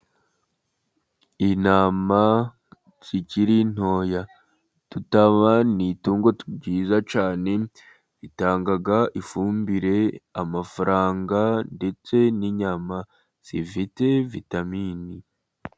Intama zikiri ntoya. Udutama ni itungo ryiza cyane ritanga ifumbire, amafaranga, ndetse n'inyama zifite vitamini.